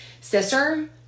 sister